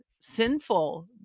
sinful